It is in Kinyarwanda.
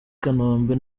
kanombe